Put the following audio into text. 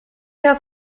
have